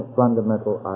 fundamental